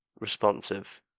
responsive